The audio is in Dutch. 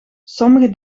sommige